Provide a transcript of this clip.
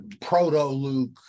proto-Luke